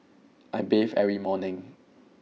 I bathe every morning